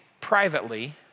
privately